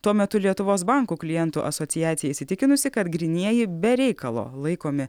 tuo metu lietuvos bankų klientų asociacija įsitikinusi kad grynieji be reikalo laikomi